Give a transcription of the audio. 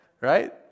right